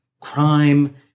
crime